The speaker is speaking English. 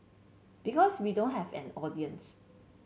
because we don't have an audience